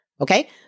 Okay